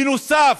בנוסף,